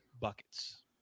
buckets